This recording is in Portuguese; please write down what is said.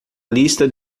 lista